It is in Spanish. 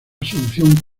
solución